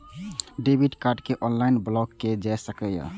debit card कें online block कैल जा सकैए